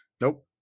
Nope